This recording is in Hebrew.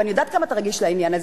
ואני יודעת כמה אתה רגיש לעניין הזה,